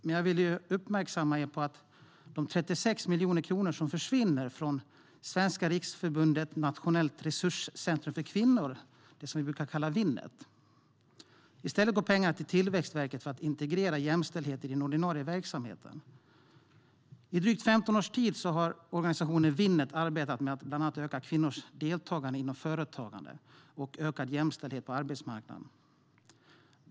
Men jag vill uppmärksamma er på att 36 miljoner kronor försvinner från Svenska Riksförbundet Nationellt Resurscentrum för kvinnor, det som vi brukar kalla Winnet. I stället går pengarna till Tillväxtverket för att integrera jämställdhet i den ordinarie verksamheten. I drygt 15 års tid har organisationen Winnet arbetat med att bland annat öka kvinnors deltagande inom företagande och med ökad jämställdhet på arbetsmarknaden.